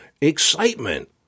excitement